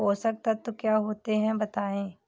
पोषक तत्व क्या होते हैं बताएँ?